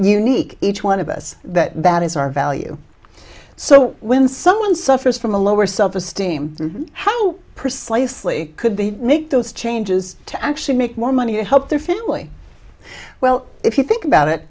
unique each one of us that bad is our value so when someone suffers from a lower self esteem how precisely could be make those changes to actually make more money and help their family well if you think about it